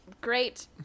great